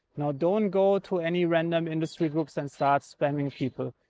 now don't go to any random industry groups and start spamming people.